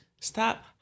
Stop